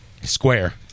square